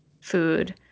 food